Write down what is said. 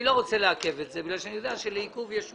אני לא רוצה לעכב את זה כי אני יודע שלעיכוב יש מחיר.